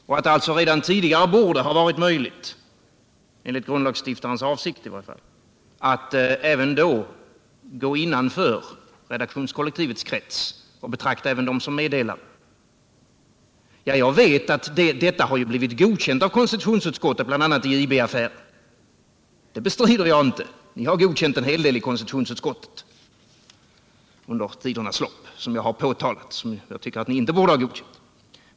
Det borde alltså redan tidigare ha varit möjligt, i varje fall enligt grundlagsstiftarens avsikt, att gå innanför redaktionskollektivets krets och betrakta även dem som arbetar där som meddelare. Ja, jag vet att detta har blivit godkänt av konstitutionsutskottet, bl.a. i IB affären — det bestrider jag inte. Ni har under årens lopp godkänt en hel del i konstitutionsutskottet, som jag påtalat och som jag tycker att ni inte borde ha godkänt.